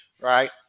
right